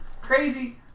Crazy